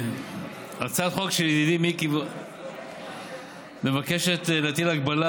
הצעת החוק של ידידי מיקי מבקשת להטיל הגבלה